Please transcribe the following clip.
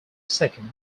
second